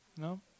No